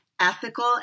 ethical